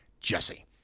Jesse